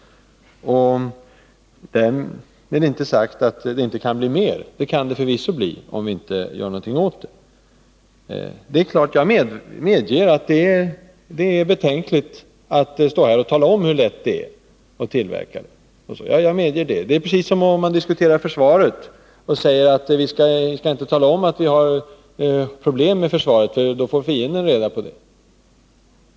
Därmed är dock inte sagt att det inte kan bli mer. Det kan det förvisso, om vi inte gör något åt förhållandena. Jag medger vidare att det är betänkligt att från denna talarstol tala om hur lätt det är att tillverka snabbvin. När det gäller försvaret brukar det sägas att vi inte skall tala om att vi har problem med detta — fienden kan ju få reda på det.